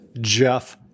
Jeff